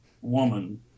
woman